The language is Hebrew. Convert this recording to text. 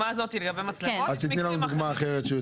תני לנו דוגמה אחרת.